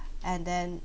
and then